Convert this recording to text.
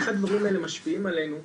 איך הדברים האלה משפיעים עלינו.